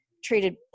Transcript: treated